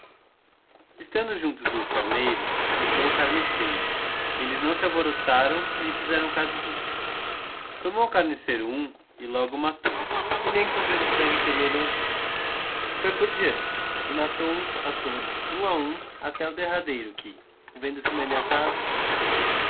estando juntos huns carneiros entrou o carniceiro e elles nao se alvoroçar nem fizerâo caso disso tomou o carniceiro hum e logo o matou e nem com vêr o sangue temerão os ou tros foi por diante e os matou a todos hum a hum até o derradeiro que vendo-se maniatado